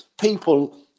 people